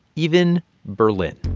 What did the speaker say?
even berlin